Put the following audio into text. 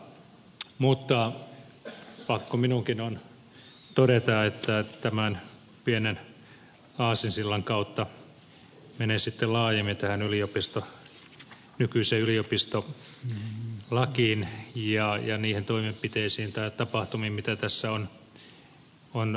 mutta pakko minunkin on todeta että tämän pienen aasinsillan kautta menen laajemmin tähän nykyiseen yliopistolakiin ja niihin toimenpiteisiin tai tapahtumiin mitä tässä on tapahtunut